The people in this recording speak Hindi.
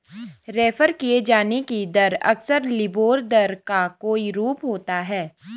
रेफर किये जाने की दर अक्सर लिबोर दर का कोई रूप होता है